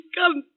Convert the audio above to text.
come